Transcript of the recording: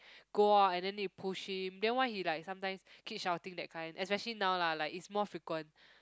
go out and then need to push him then why he like sometimes keep shouting that kind especially now lah like it's more frequent